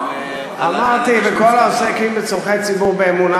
אמרתי: "וכל העוסקים בצורכי ציבור באמונה,